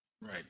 Right